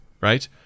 right